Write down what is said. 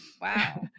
wow